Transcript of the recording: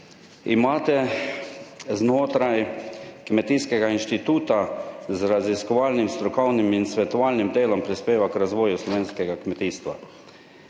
imate znotraj Kmetijskega inštituta z raziskovalnim, strokovnim in svetovalnim delom prispeva k razvoju slovenskega kmetijstva.